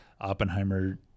Oppenheimer